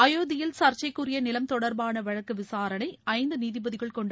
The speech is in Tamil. அயோத்தியில் சர்ச்சைக்குரிய நிலம் தொடர்பான வழக்கு விசாரணை ஐந்து நீதிபதிகள் கொண்ட